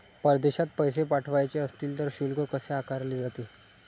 परदेशात पैसे पाठवायचे असतील तर शुल्क कसे आकारले जाते?